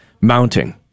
mounting